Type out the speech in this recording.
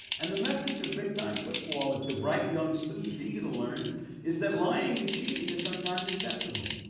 and the message of big-time football to bright young students eager to learn is that lying and cheating is sometimes acceptable.